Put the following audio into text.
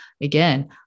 again